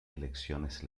elecciones